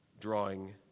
drawing